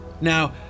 Now